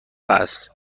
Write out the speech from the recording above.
است